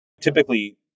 Typically